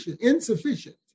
insufficient